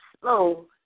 slow